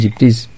Please